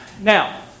Now